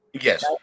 Yes